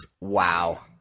Wow